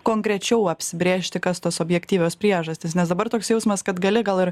konkrečiau apsibrėžti kas tos objektyvios priežastys nes dabar toks jausmas kad gali gal ir